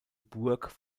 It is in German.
burg